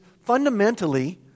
fundamentally